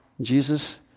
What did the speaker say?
Jesus